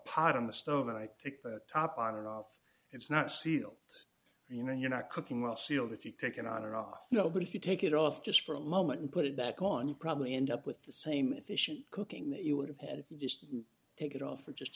pot on the stove and i take the top on and off it's not sealed you know you're not cooking well sealed if you take it on and off you know but if you take it off just for a moment and put it back on you probably end up with the same efficient cooking that you would have had if you just take it off for just a